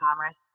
Commerce